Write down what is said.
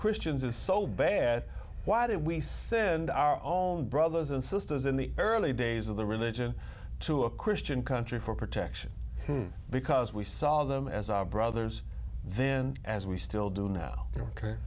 christians is so bad why did we send our own brothers and sisters in the early days of the religion to a christian country for protection because we saw them as our brothers then as we still do now